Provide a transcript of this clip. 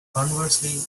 conversely